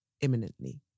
Imminently